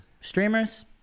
Streamers